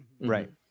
right